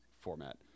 format